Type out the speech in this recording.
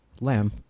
Lamb